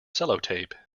sellotape